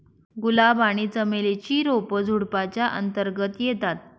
गुलाब आणि चमेली ची रोप झुडुपाच्या अंतर्गत येतात